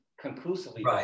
conclusively